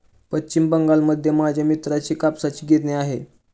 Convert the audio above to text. पश्चिम बंगालमध्ये माझ्या मित्राची कापसाची गिरणी आहे